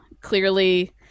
Clearly